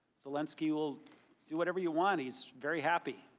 zelensky will do whatever you want. he is very happy.